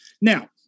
Now